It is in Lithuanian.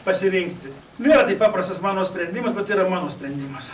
pasirinkti nėra tai paprastas mano sprendimas bet tai yra mano sprendimas